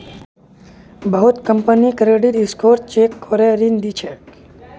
बहुत company credit score check करे ऋण दी छेक